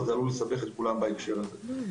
אבל זה עלול לסבך את כולם בהקשר הזה.